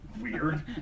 weird